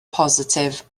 positif